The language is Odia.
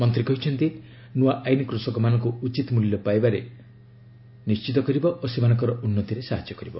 ମନ୍ତ୍ରୀ କହିଛନ୍ତି ନୂଆ ଆଇନ୍ କୃଷକମାନଙ୍କୁ ଉଚିତ୍ ମୂଲ୍ୟ ପାଇବାକୁ ନିଶ୍ଚିତ କରିବ ଓ ସେମାନଙ୍କର ଉନ୍ନତିରେ ସାହାଯ୍ୟ କରିବ